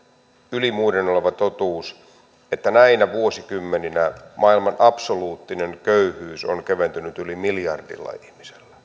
yli muiden oleva totuus että näinä vuosikymmeninä maailman absoluuttinen köyhyys on keventynyt yli miljardilla ihmisellä